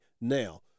now